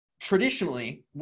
traditionally